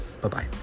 Bye-bye